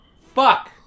Fuck